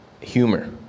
humor